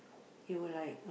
she will like